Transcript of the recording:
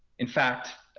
in fact,